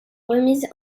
remise